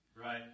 Right